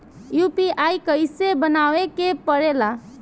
UPI कइसे बनावे के परेला?